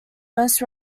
most